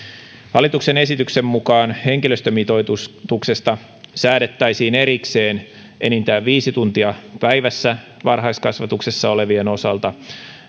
hallituksen esityksen mukaan henkilöstömitoituksesta säädettäisiin erikseen enintään viisi tuntia päivässä varhaiskasvatuksessa olevien osalta